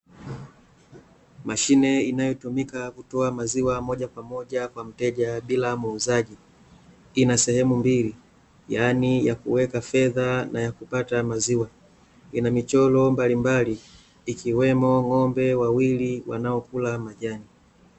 Mashine inayotumika kutoa maziwa moja kwa moja kwa mteja bila muuzaji, ina sehemu mbili, yaani ya kuweka fedha , na ya kupata maziwa, ina michoro mbalimbali, ikiwemo ng'ombe wawili, wanaokula majani.